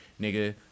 nigga